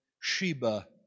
Sheba